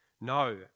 No